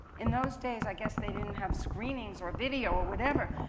in those days, i guess they didn't have screenings or video or whatever.